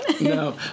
No